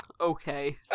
Okay